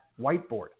whiteboard